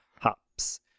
hops